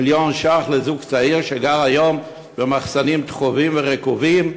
מיליון שקלים לזוג צעיר שגר היום במחסנים טחובים ורקובים,